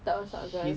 tak masuk akal